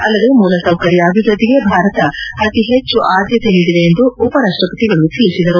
ಅಲ್ಲದೇ ಮೂಲ ಸೌಕರ್ಯ ಅಭಿವೃದ್ಧಿಗೆ ಭಾರತ ಅತಿ ಹೆಚ್ಚು ಆದ್ಯತೆ ನೀಡಿದೆ ಎಂದು ಉಪರಾಷ್ಟಪತಿಗಳು ತಿಳಿಸಿದರು